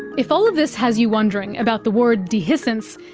if all this has you wondering about the word dehiscence,